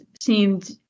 seemed